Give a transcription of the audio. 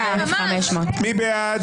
מי נמנע?